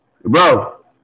Bro